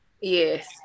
Yes